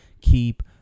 keep